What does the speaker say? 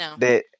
No